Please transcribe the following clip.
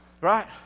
Right